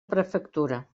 prefectura